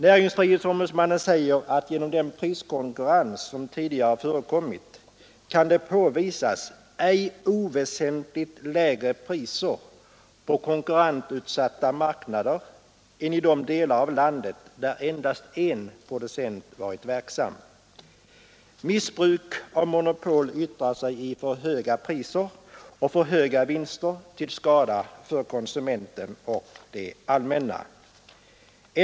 Näringsfrihetsombudsmannen säger att genom den priskonkurrens som tidigare förekommit kan det påvisas ej oväsentligt lägre priser på konkurrensutsatta marknader än i de delar av landet där endast en producent varit verksam. Missbruk av monopol yttrar sig i för höga priser och för höga vinster till skada för konsumenten och det allmänna.